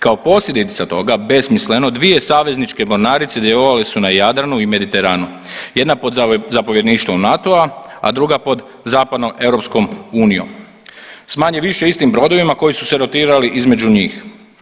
Kao posljedica toga besmisleno dvije savezničke mornarice djelovale su na Jadranu i Mediteranu jedna pod zapovjedništvom NATO-a, a druga pod zapadnoeuropskom unijom s manje-više istim brodovima koji su se rotirali između njih.